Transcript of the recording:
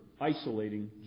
isolating